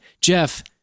Jeff